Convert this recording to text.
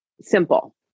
simple